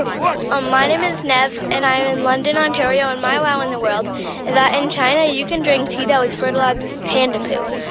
ah what? ah my name is nev, and i'm in london, ontario. and my wow in the world is and that in china, you can drink tea that was fertilized with panda poo.